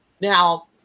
Now